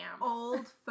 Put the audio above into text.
Old